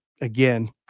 again